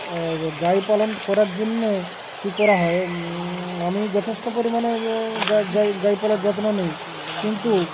গাই পালন করার জন্যে কী করা হয় আমি যথেষ্ট পরিমাণে গাই গাইপালার যত্ন নিই কিন্তু